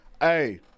hey